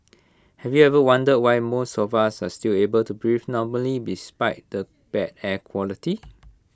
have you ever wondered why most of us are still able to breathe normally despite the bad air quality